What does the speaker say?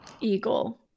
eagle